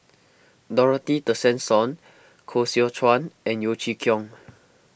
Dorothy Tessensohn Koh Seow Chuan and Yeo Chee Kiong